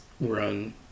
run